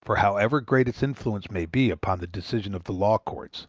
for however great its influence may be upon the decisions of the law courts,